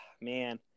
man